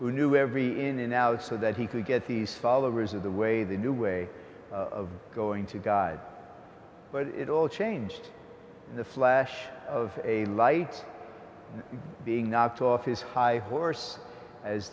who knew every in and out so that he could get these followers of the way the new way of going to god but it all changed in the flash of a light being knocked off his high horse as